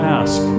ask